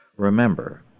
Remember